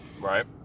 Right